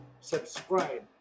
Subscribe